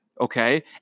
Okay